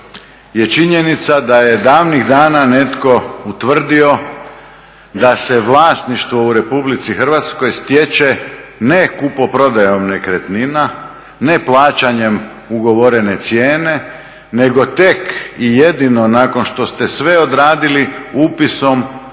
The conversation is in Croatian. je činjenica da je davnih dana netko utvrdio da se vlasništvo u Republici Hrvatskoj stječe ne kupoprodajom nekretnina, ne plaćanjem ugovorene cijene nego tek i jedino nakon što ste sve odradili upisom